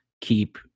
keep